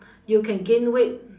you can gain weight